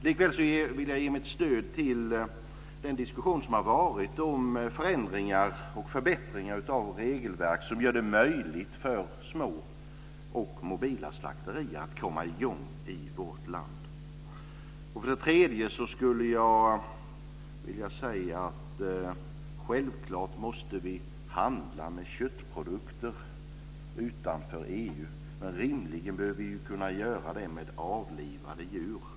Likväl vill jag ge mitt stöd till den diskussion som har varit om förändringar och förbättringar av regelverk som gör det möjligt för små och mobila slakterier att komma i gång i vårt land. Slutligen tycker jag att vi självklart måste handla med köttprodukter utanför EU, men rimligen bör vi kunna göra det med avlivade djur.